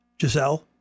Giselle